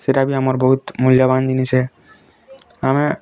ସେଇଟା ବି ଆମର ବହୁତ ମୂଲ୍ୟବାନ ଜିନିଷେ ଆମେ